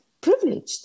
Privileged